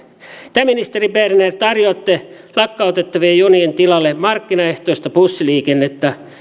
te ministeri berner tarjoatte lakkautettavien junien tilalle markkinaehtoista bussiliikennettä